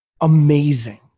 amazing